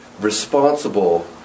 responsible